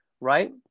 right